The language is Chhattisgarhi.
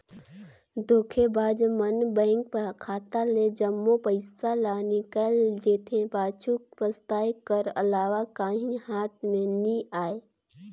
धोखेबाज मन बेंक खाता ले जम्मो पइसा ल निकाल जेथे, पाछू पसताए कर अलावा काहीं हाथ में ना आए